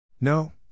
No